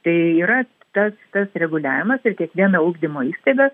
tai yra tas tas reguliavimas ir kiekviena ugdymo įstaiga